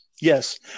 Yes